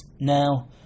Now